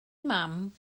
mam